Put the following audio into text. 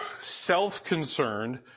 self-concerned